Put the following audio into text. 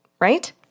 Right